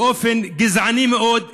באופן גזעני מאוד,